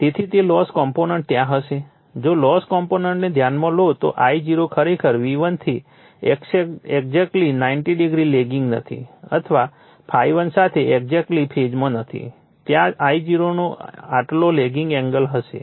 તેથી તે loss component ત્યાં હશે જો લોસ કોમ્પોનન્ટને ધ્યાનમાં લો તો I0 ખરેખર V1 થી એક્સએક્ટલી 90o લેગિંગ નથી અથવા ∅1 સાથે એક્સએક્ટલી ફેઝમાં નથી ત્યાં I0 નો આટલો લેગિંગ એંગલ હશે